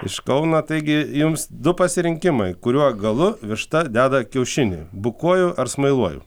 iš kauno taigi jums du pasirinkimai kuriuo galu višta deda kiaušinį bukuoju ar smailuoju